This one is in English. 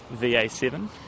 VA7